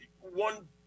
One